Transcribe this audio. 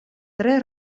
tre